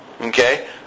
Okay